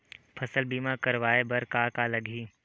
फसल बीमा करवाय बर का का लगही?